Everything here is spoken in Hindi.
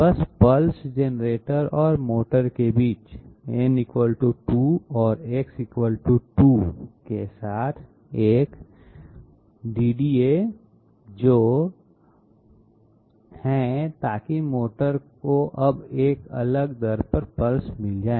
बस पल्स जनरेटर और मोटर के बीच n 2 और X 2 के साथ एक DDA जोड़ें ताकि मोटर को अब एक अलग दर पर पल्स मिल जाए